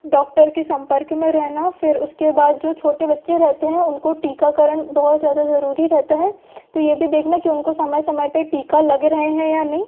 doctor के संपर्क में रहना फिर उसके बाद जो छोटे बच्चे रहते हैं उनकाे टीकाकरण बहुत ज़्यादा जरूरी रहता है तो ये भी देखना कि उनको समय समय पे टीका लग रए हैं या नई